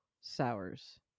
Sours